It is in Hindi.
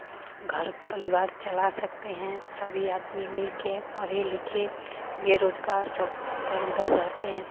घर परिवार चला सकते हैं सभी आदमी मिलकर पढ़े लिखे बेरोज़गार सब इधर उधर रहते हैं